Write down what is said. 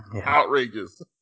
Outrageous